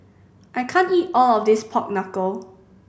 I can't eat all of this pork knuckle